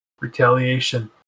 retaliation